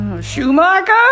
Schumacher